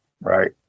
Right